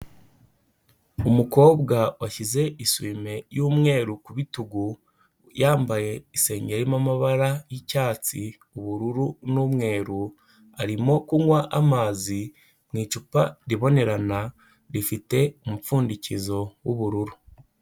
Umukobwa washyize isume y'umweru ku bitugu, yambaye isengeri irimo amabara y'icyatsi, ubururu n'umweru, arimo kunywa amazi mu icupa ribonerana, rifite umupfundikizo w'ubururu.